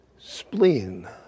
spleen